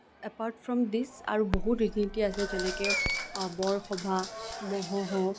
apart from this আৰু বহুত ৰীতি নীতি আছে যেনেকে বৰ সভা মহোহো